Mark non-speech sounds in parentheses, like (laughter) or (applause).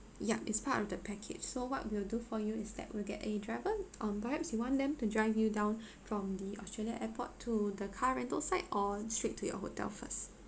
ya it's part of the package so what we'll do for you is that we'll get a driver um perhaps you want them to drive you down (breath) from the australian airport to the car rental side or straight to your hotel first